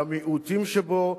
למיעוטים שבו,